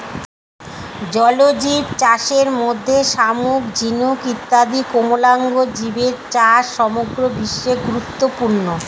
জলজীবচাষের মধ্যে শামুক, ঝিনুক ইত্যাদি কোমলাঙ্গ জীবের চাষ সমগ্র বিশ্বে গুরুত্বপূর্ণ